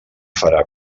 farà